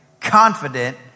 confident